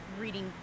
reading